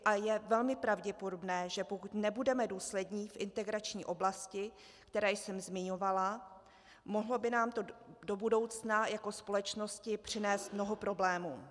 A je velmi pravděpodobné, že pokud nebudeme důslední v integrační oblasti, kterou jsem zmiňovala, mohlo by nám to do budoucna jako společnosti přinést mnoho problémů.